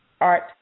art